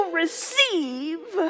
receive